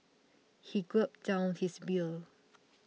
he gulped down his beer